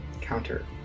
counter